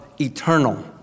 eternal